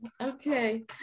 Okay